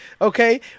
okay